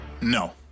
No